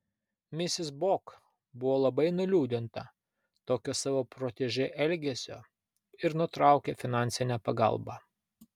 misis bok buvo labai nuliūdinta tokio savo protežė elgesio ir nutraukė finansinę pagalbą